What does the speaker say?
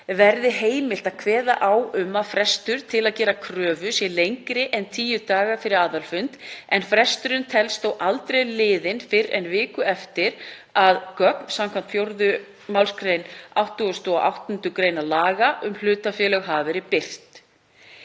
verði heimilt að kveða á um að frestur til að gera kröfu sé lengri en tíu dagar fyrir aðalfund en fresturinn telst þó aldrei liðinn fyrr en viku eftir að gögn samkvæmt 4. mgr. 88. gr. laga um hlutafélög hafa verið birt.